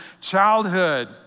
childhood